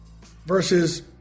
versus